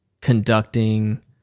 conducting